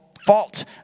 fault